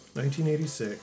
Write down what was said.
1986